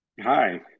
Hi